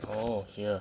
orh here